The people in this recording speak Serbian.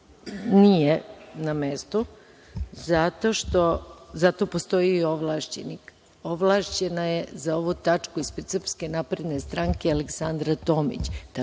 nije na mestu, zato postoje i ovlašćeni. Ovlašćena je za ovu tačku ispred Srpske napredne stranke Aleksandra Tomić.